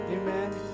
Amen